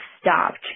stopped